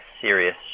serious